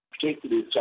particularly